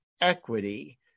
equity